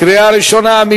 קריאה ראשונה.